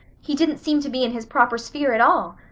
he didn't seem to be in his proper sphere at all.